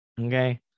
okay